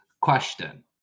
question